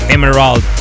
Emerald